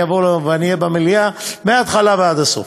אני אבוא ואני אהיה במליאה מההתחלה ועד הסוף.